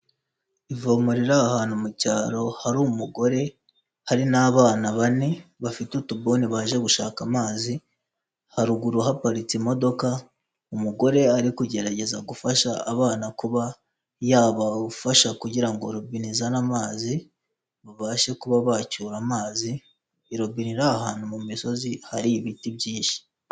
Ivomo riri ahantu mu cyaro, hari umugore hari n'abana bane bafite utubuni baje gushaka amazi, haruguru haparitse imodoka, umugore ari kugerageza gufasha abana kuba yabafasha kugira ngo robine izane amazi, babashe kuba bacyura amazi, irobine iri ahantu mu misozi hari ibiti byinshi.